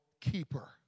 keeper